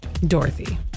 Dorothy